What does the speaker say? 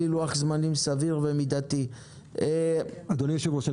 אדוני היושב-ראש,